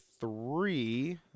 three